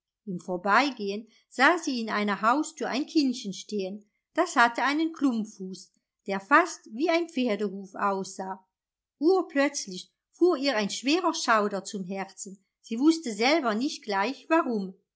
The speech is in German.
im vorbeigehen sah sie in einer haustür ein kindchen stehen das hatte einen klumpfuß der fast wie ein pferdehuf aussah urplötzlich fuhr ihr ein schwerer schauder zum herzen sie wußte selber nicht gleich warum